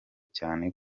cyane